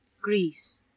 Greece